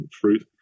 fruit